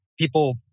people